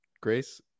grace